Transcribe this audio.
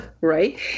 right